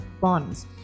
bonds